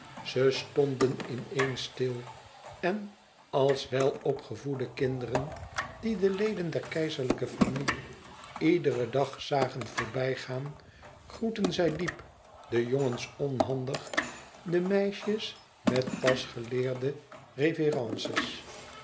ze stonden in eens stil en als welopgevoede kinderen die de leden der keizerlijke familie iederen dag zagen voorbijgaan groetten zij diep de jongens onhandig de meisjes met pas geleerde